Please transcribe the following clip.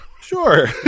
Sure